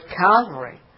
Calvary